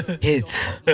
Hits